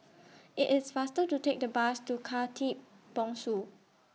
IT IS faster to Take The Bus to Khatib Bongsu